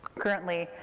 currently,